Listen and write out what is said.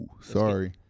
sorry